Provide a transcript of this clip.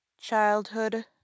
Childhood